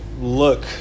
look